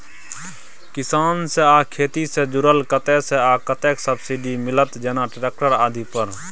किसान से आ खेती से जुरल कतय से आ कतेक सबसिडी मिलत, जेना ट्रैक्टर आदि पर?